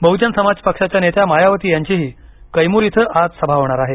बहुजन समाज पक्षाच्या नेत्या मायावती यांचीही कैमुर इथं आज सभा होणार आहे